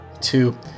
Two